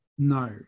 No